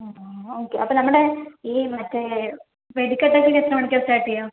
ആഹ് okay അപ്പോൾ നമ്മുടെ ഈ മറ്റേ വെടിക്കെട്ടൊക്കെ ഇനി എത്രമണിക്കാ സ്റ്റാർട്ട് ചെയ്യുക